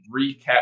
recap